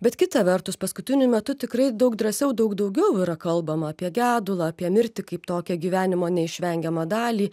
bet kita vertus paskutiniu metu tikrai daug drąsiau daug daugiau yra kalbama apie gedulą apie mirtį kaip tokią gyvenimo neišvengiamą dalį